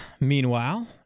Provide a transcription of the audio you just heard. meanwhile